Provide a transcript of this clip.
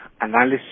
analysis